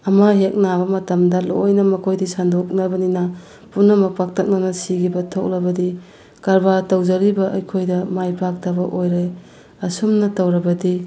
ꯑꯃ ꯍꯦꯛ ꯅꯥꯕ ꯃꯇꯝꯗ ꯂꯣꯏꯅ ꯃꯈꯣꯏꯗꯤ ꯁꯟꯗꯣꯛꯅꯕꯅꯤꯅ ꯄꯨꯝꯅꯃꯛ ꯄꯥꯛꯇꯛꯅꯅ ꯁꯤꯈꯤꯕ ꯊꯣꯛꯂꯕꯗꯤ ꯀꯔꯕꯥꯔ ꯇꯧꯖꯔꯤꯕ ꯑꯩꯈꯣꯏꯗ ꯃꯥꯏ ꯄꯥꯛꯇꯕ ꯑꯣꯏꯔꯦ ꯑꯁꯨꯝꯅ ꯇꯧꯔꯕꯗꯤ